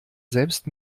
selbst